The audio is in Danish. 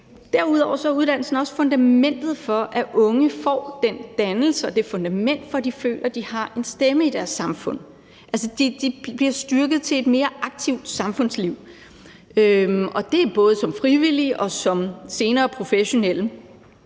Derudover er uddannelse også fundamentet for, at unge får den dannelse og det fundament, hvor de føler, at de har en stemme i deres samfund. Det bliver styrket til at mere aktivt samfundsliv, og det er både som frivillige og som professionelle